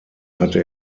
hatte